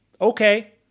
okay